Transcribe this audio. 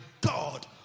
God